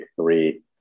three